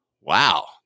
wow